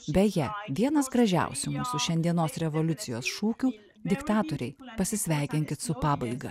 beje vienas gražiausių mūsų šiandienos revoliucijos šūkių diktatoriai pasisveikinkit su pabaiga